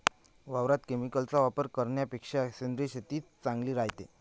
वावरात केमिकलचा वापर करन्यापेक्षा सेंद्रिय शेतीच चांगली रायते